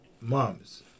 moms